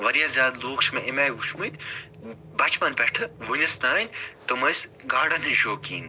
واریاہ زیادٕ لوٗکھ چھِ مےٚ اَمہِ آیہِ وُچھمٕتۍ بَچپَن پٮ۪ٹھ وُنِس تانۍ تِم ٲسۍ گاڈَن ہنٛدۍ شوقیٖن